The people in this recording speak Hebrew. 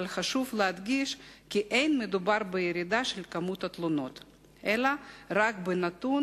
אבל חשוב להדגיש כי לא מדובר בירידה במספר התלונות אלא רק בנתון